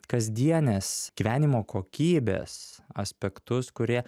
kasdienės gyvenimo kokybės aspektus kurie